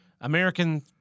American